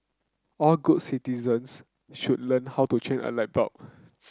all good citizens should learn how to change a light bulb